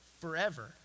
forever